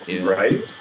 Right